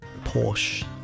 Porsche